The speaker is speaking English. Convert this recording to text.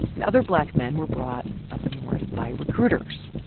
and other black men were brought up north by recruiters.